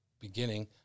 beginning